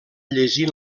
llegint